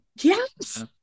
Yes